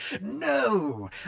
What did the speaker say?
No